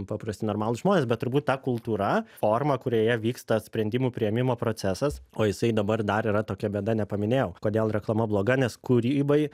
paprasti normalūs žmonės bet turbūt ta kultūra forma kurioje vyksta sprendimų priėmimo procesas o jisai dabar dar yra tokia bėda nepaminėjau kodėl reklama bloga nes kūrybai